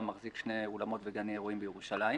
מחזיק שני אולמות וגני אירועים בירושלים.